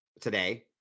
today